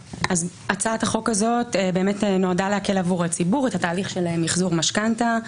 הצעת החוק הזאת נועדה להקל עבור הציבור את התהליך של מיחזור משכנתה.